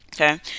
Okay